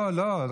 לא, לא.